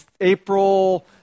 April